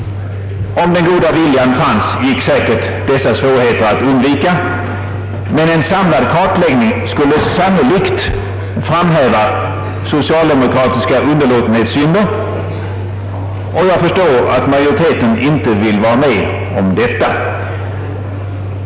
Om den goda viljan fanns, gick säkert dessa svårigheter att undvika. Men en samlad kartläggning skulle sannolikt framhäva socialdemokratiska underlåtenhetssynder, och jag förstår att majoriteten inte vill vara med om det ta.